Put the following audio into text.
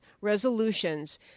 resolutions